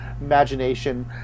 imagination